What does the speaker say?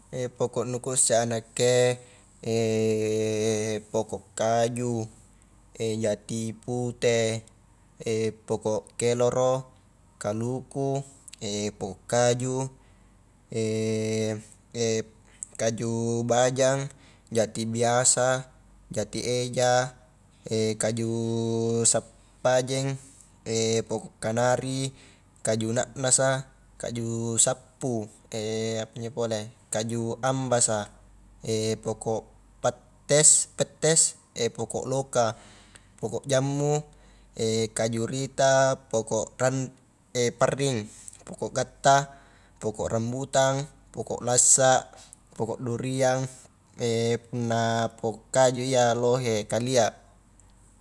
poko' nu kuisse a nakke, poko' kaju, jati pute, poko' keloro, kaluku poko' kaju kaju bajang, jati biasa, jati eja, kaju sappajeng, poko kanari, kaju na'nasa, kaju sappu, apanjo pole kaju ambasa poko' pattes-pettes poko' loka, poko' jammu, kaju rita, poko' ran parring, poko gatta, poko' rambutang, poko' lassa, poko' duriang punna poko kaju iya lohe kalia.